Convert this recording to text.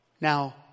Now